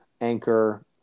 anchor